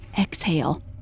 exhale